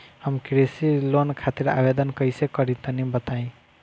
हम कृषि लोन खातिर आवेदन कइसे करि तनि बताई?